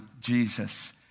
Jesus